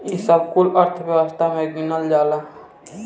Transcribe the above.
ई सब कुल अर्थव्यवस्था मे गिनल जाला